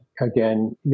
again